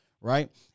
right